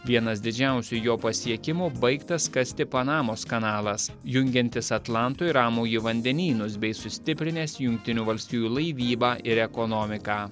vienas didžiausių jo pasiekimų baigtas kasti panamos kanalas jungiantis atlanto ir ramųjį vandenynus bei sustiprinęs jungtinių valstijų laivybą ir ekonomiką